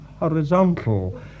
horizontal